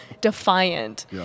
defiant